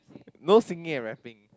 no singing and rapping